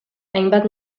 hainbat